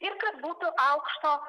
ir kad būtų aukšto